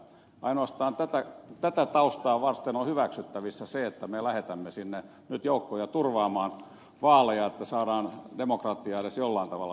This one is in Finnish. ainoastaan tätä taustaa vasten on hyväksyttävissä se että me lähetämme sinne nyt joukkoja turvaamaan vaaleja että saadaan demokratiaa edes jollain tavalla viedyksi eteenpäin